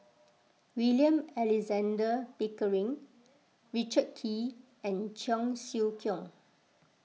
William Alexander Pickering Richard Kee and Cheong Siew Keong